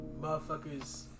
motherfuckers